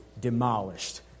demolished